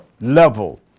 level